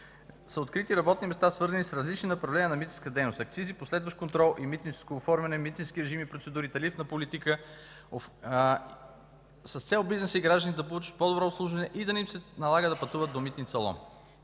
са открити работни места, свързани с различни направления на митническата дейност – „Акцизи”, „Последващ контрол”, „Митническо оформяне”, „Митнически режими и процедури”, „Тарифна политика”, с цел бизнесът и гражданите да получат по-добро обслужване и да не им се налага да пътуват до Митница Лом.